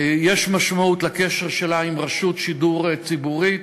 יש משמעות לקשר שלה עם רשות שידור ציבורית.